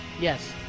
Yes